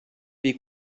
wie